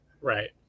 Right